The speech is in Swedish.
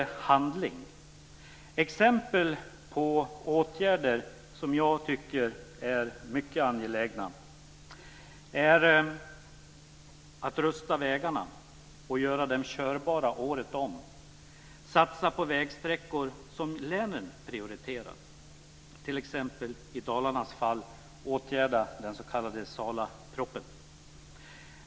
Jag har några exempel på åtgärder som jag tycker är mycket angelägna. Det är att rusta vägarna och göra dem körbara året om samt att satsa på vägsträckor som länen prioriterar, t.ex. i Dalarnas fall att åtgärda den s.k. Salaproppen.